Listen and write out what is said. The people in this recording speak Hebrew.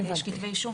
הבנתי.